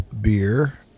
beer